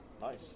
nice